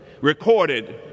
recorded